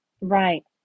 Right